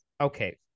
Okay